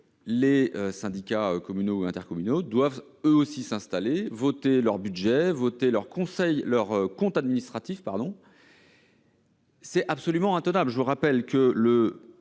les syndicats communaux ou intercommunaux doivent, eux aussi, s'installer, voter leur budget et leurs comptes administratifs. C'est absolument intenable ! L'ordonnance du 25